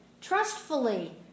trustfully